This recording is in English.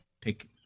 pick